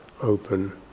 open